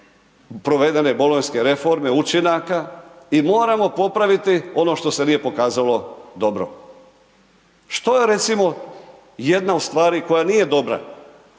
provedene bolonjske reforme učinaka i moramo popraviti ono što se nije pokazalo dobro. Što je recimo jedna od stvari koja nije dobra?